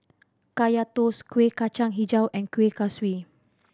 Kaya Toast Kueh Kacang Hijau and Kuih Kaswi